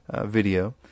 video